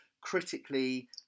critically